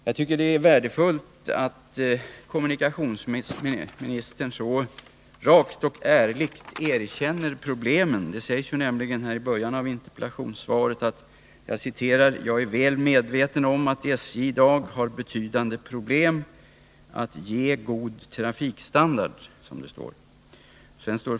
Jag tycker det är värdefullt att kommunikationsministern så rakt och ärligt erkänner problemen. Det sägs nämligen i början av interpellationssvaret: ”Jag är väl medveten om att SJ i dag har betydande problem att ge god trafikstandard.